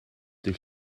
dydd